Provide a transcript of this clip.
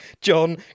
John